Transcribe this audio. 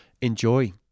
Enjoy